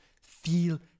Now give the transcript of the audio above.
feel